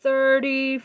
Thirty